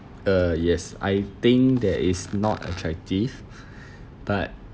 uh yes I think that it's not attractive but